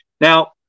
now